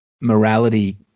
morality